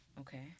Okay